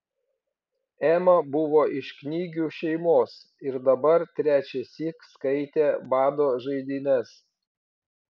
ema buvo iš knygių šeimos ir dabar trečiąsyk skaitė bado žaidynes